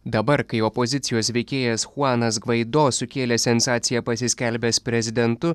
dabar kai opozicijos veikėjas chuanas gvaido sukėlė sensaciją pasiskelbęs prezidentu